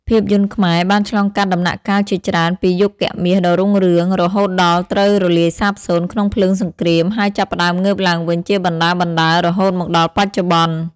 ភាពយន្តខ្មែរបានឆ្លងកាត់ដំណាក់កាលជាច្រើនពីយុគមាសដ៏រុងរឿង រហូតដល់ត្រូវរលាយសាបសូន្យក្នុងភ្លើងសង្គ្រាម ហើយចាប់ផ្ដើមងើបឡើងវិញជាបណ្ដើរៗរហូតមកដល់បច្ចុប្បន្ន។